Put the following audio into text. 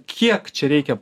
kiek čia reikia